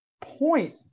point